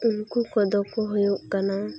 ᱩᱱᱠᱩ ᱠᱚᱫᱚ ᱠᱚ ᱦᱩᱭᱩᱜ ᱠᱟᱱᱟ